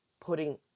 putting